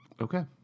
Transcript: Okay